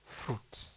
fruits